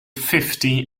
fifty